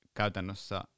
käytännössä